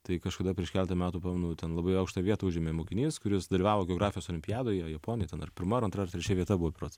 tai kažkada prieš keletą metų pamenu ten labai aukštą vietą užėmė mokinys kuris dalyvavo geografijos olimpiadoje japonijoje ten ar pirma antra ar trečia vieta buvo berods